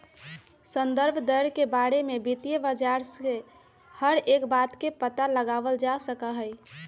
संदर्भ दर के बारे में वित्तीय बाजार से हर एक बात के पता लगावल जा सका हई